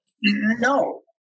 no